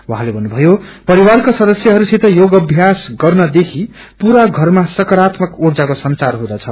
उहाँले भन्नुभयो परिवारका सदस्यहरसित योगाम्यास गर्न देखि षरमा सकारात्मक ऊर्गको संचार हुँदछ